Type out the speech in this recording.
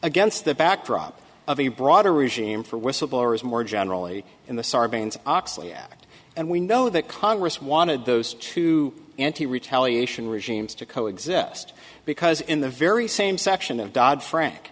against the backdrop of a broader regime for whistleblowers more generally in the sarbanes oxley act and we know that congress wanted those two anti retaliation regimes to co exist because in the very same section of dodd frank